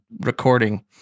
recording